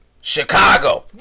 Chicago